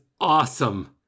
awesome